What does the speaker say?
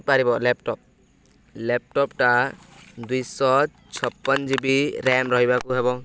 ରହିପାରିବ ଲ୍ୟାପ୍ଟପ୍ ଲ୍ୟାପ୍ଟପ୍ଟା ଦୁଇଶହ ଛପନ ଜି ବି ରାମ୍ ରହିବାକୁ ହେବ